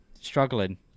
struggling